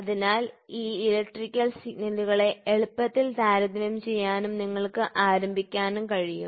അതിനാൽ ഈ ഇലക്ട്രിക്കൽ സിഗ്നലുകളെ എളുപ്പത്തിൽ താരതമ്യം ചെയ്യാനും നിങ്ങൾക്ക് ആരംഭിക്കാനും കഴിയും